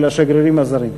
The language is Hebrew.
של השגרירים הזרים.